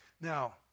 Now